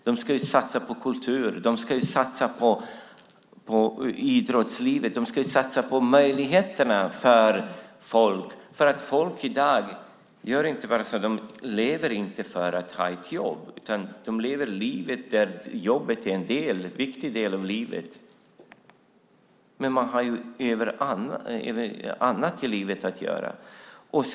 De ska satsa på kulturen och idrotten. De ska satsa på möjligheter för folk. Folk lever inte enbart för att jobba i dag. Jobbet är en viktig del av livet, men man vill göra annat också.